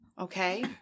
okay